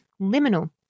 Liminal